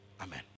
amen